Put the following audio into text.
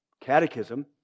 Catechism